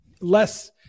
less